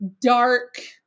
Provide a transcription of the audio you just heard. dark